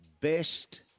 best